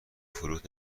فلوت